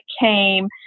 came